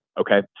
Okay